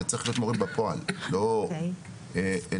אתה